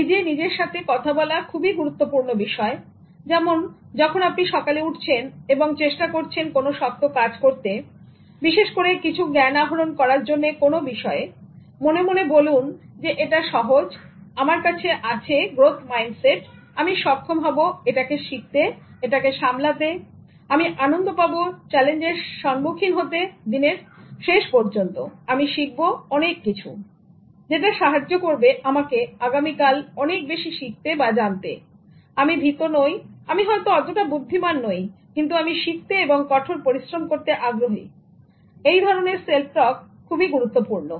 নিজে নিজের সাথে কথা বলা খুবই গুরুত্বপূর্ণ বিষয় যেমন যখন আপনি সকালে উঠছেন এবং যদি চেষ্টা করছেন কোনো শক্ত কাজ করতে বিশেষ করে কিছু জ্ঞান আহরণ করার জন্য কোন বিষয়ে মনে মনে বলুন যে এটা সহজ আমার আছে গ্রোথ মাইন্ডসেট আমি সক্ষম হব এটাকে সামলাতে আমি আনন্দ পাবো চ্যালেঞ্জর সম্মুখীন হতে দিনের শেষ পর্যন্ত আমি শিখব অনেক কিছু যেটা সাহায্য করবে আমাকে আগামীকাল অনেক বেশি শিখতে বা জানতে আমি ভীত নই আমি হয়তো অতটা বুদ্ধিমান নই কিন্তু আমি শিখতে এবং কঠোর পরিশ্রম করতে আগ্রহী এই ধরনের self talk এটা খুবই গুরুত্বপূর্ণ